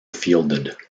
fielded